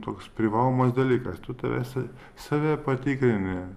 toks privalomas dalykas tu tarsi save patikrini